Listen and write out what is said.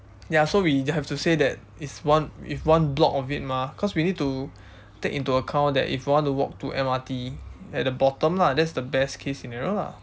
ya so we just have to see that it's one it's one block of it mah cause we need to take into account that if we want to walk to M_R_T at the bottom lah that's the best case scenario lah